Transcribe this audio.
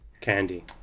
candy